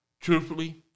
Truthfully